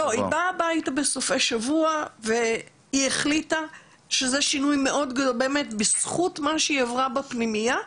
היא באה הבייתה בסופי שבוע ובזכות מה שהיא עברה בפנימייה,